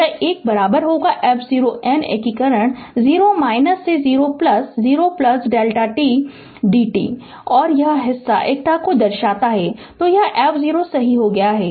यह एक f0 n एकीकरण 0 - से 0 0 Δ t d t है और यह हिस्सा एकता को दर्शाता है तो यह f0 सही हो गया है